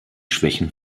schwächen